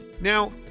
Now